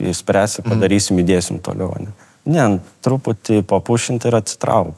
išspręsim padarysim judėsim toliau ne truputį po pusšimtį ir atsitrauk